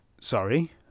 Sorry